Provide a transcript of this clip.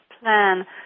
plan